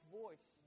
voice